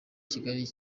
kigali